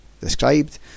described